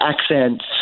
accents